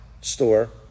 store